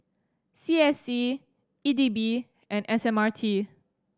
C S C E D B and S M R T